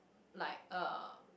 like uh